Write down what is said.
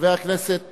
חבר הכנסת